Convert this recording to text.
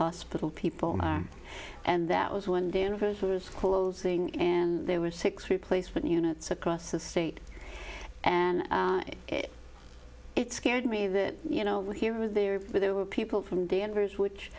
hospital people are and that was one day anniversaries calls ng and there were six replacement units across the state and it scared me that you know we're here or there but there were people from danvers which